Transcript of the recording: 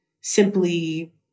simply